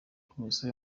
komisiyo